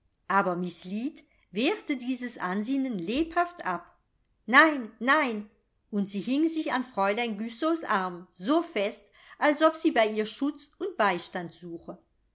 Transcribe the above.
aber miß lead wehrte dieses ansinnen lebhaft ab nein nein und sie hing sich an fräulein güssows arm so fest als ob sie bei ihr schutz und beistand suche